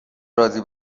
رازی